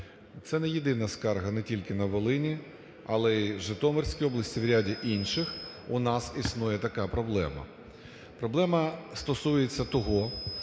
Це не єдина скарга не тільки на Волині, але і Житомирській області, і в ряді інших у нас існує така проблема. Проблема стосується того,